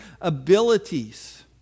abilities